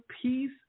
peace